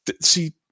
see